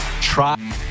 Try